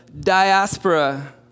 Diaspora